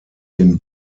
den